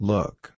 Look